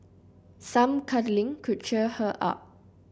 some cuddling could cheer her up